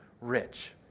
rich